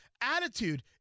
Attitude